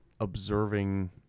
observing